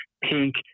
pink